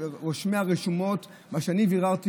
מרושמי הרשומות וממה שאני ביררתי,